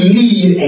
need